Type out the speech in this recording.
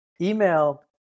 Email